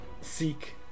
seek